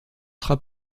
sera